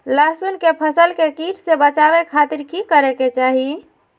लहसुन के फसल के कीट से बचावे खातिर की करे के चाही?